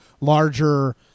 larger